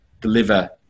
deliver